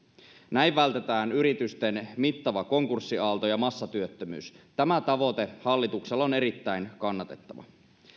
näin vältetään yritysten mittava konkurssiaalto ja massatyöttömyys tämä tavoite hallituksella on erittäin kannatettava